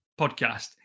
podcast